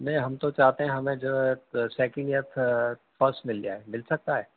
نہیں ہم تو چاہتے ہیں ہمیں جو ہے سیکنڈ یا فسٹ مل جائے مل سکتا ہے